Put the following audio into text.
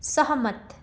सहमत